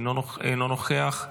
אינו נוכח,